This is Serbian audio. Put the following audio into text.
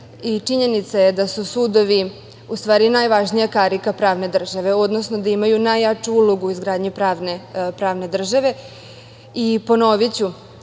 činjenica je da su sudovi, u stvari, najvažnija karika pravne države, odnosno da imaju najjaču ulogu u izgradnji pravne države.